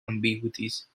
ambiguities